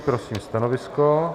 Prosím stanovisko.